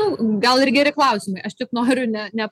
nu gal ir geri klausimai aš tik noriu ne ne